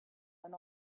and